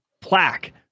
plaque